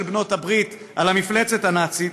של בעלות הברית על המפלצת הנאצית,